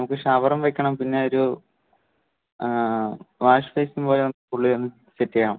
നമക്ക് ഷവറും വയ്ക്കണം പിന്നെയൊരു വാഷ് ബേസിൻ പോലെ ഫുള്ളി ഒന്ന് സെറ്റ് ചെയ്യണം